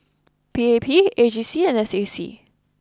P A P A G C and S A C